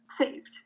saved